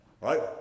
right